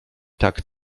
tak